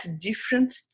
different